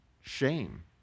shame